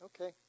Okay